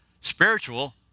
Spiritual